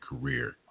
career